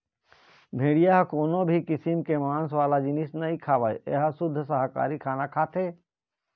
भेड़िया ह कोनो भी किसम के मांस वाला जिनिस नइ खावय ए ह सुद्ध साकाहारी खाना खाथे